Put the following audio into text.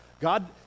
God